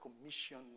commission